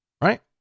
right